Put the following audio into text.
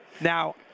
Now